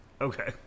Okay